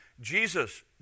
jesus